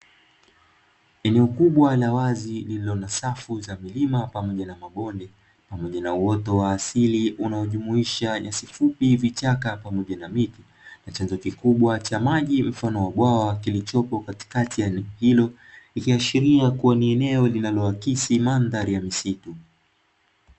Eneo kubwa la wazi lililo na safu za milima pamoja na mabonde pamoja na uoto wa asili unaojumuisha nyasi fupi, vichaka pamoja na miti, na chanzo kikubwa cha maji mfano wa bwawa kilichopo katikati ya eneo hilo. Ikiashiria kuwa eneo linaloakisi mandhari ya msitu.